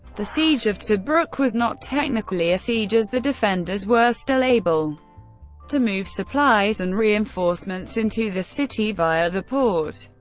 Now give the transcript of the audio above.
the siege of tobruk was not technically a siege, as the defenders were still able to move supplies and reinforcements into the city via the port.